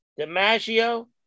DiMaggio